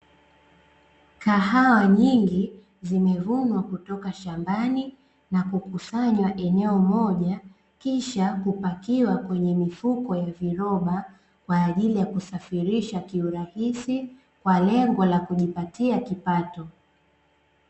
Kahawa nyingi zimevunwa kutoka shambani, na kukusanywa eneo moja kisha kupakiwa kwenye mifuko ya viroba, kwa ajili ya kusafirisha kiurahisi kwa lengo la kujipatia kipato.